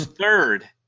third